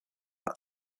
that